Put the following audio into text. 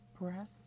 breath